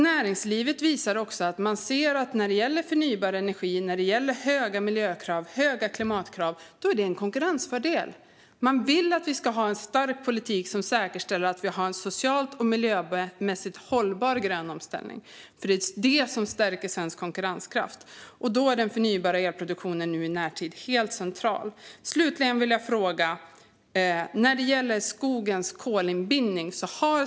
Näringslivet visar också att de ser att förnybar energi, höga miljökrav och höga klimatkrav är en konkurrensfördel. De vill att vi ska ha en stark politik som säkerställer att vi har en socialt och miljömässigt hållbar grön omställning. Det är detta som stärker svensk konkurrenskraft. Då är förnybar elproduktion i närtid helt central. Slutligen vill jag ställa en fråga om skogens kolinbindning.